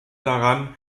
daran